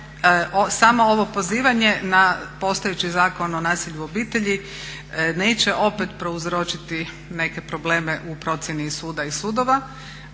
samo ovo pozivanje na postojeći Zakon o nasilju u obitelji neće opet prouzročiti neke probleme u procjeni suda i sudova.